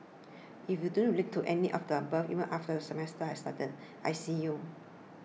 if you don't relate to any of the above even after the semester has started I see you